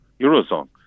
Eurozone